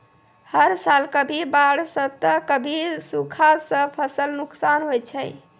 हर साल कभी बाढ़ सॅ त कभी सूखा सॅ फसल नुकसान होय जाय छै